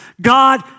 God